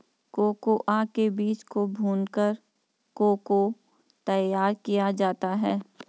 cocoa के बीज को भूनकर को को तैयार किया जाता है